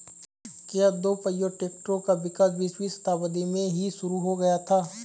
क्या दोपहिया ट्रैक्टरों का विकास बीसवीं शताब्दी में ही शुरु हो गया था?